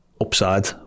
upside